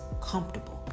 comfortable